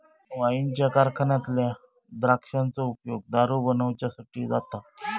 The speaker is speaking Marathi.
वाईनच्या कारखान्यातल्या द्राक्षांचो उपयोग दारू बनवच्यासाठी जाता